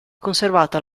conservata